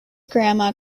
grandma